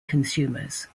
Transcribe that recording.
consumers